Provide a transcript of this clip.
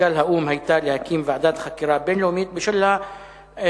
מזכ"ל האו"ם היתה להקים ועדת חקירה בין-לאומית בשל העובדות,